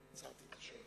כמו בגין.